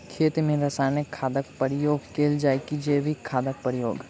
खेत मे रासायनिक खादक प्रयोग कैल जाय की जैविक खादक प्रयोग?